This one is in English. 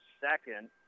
second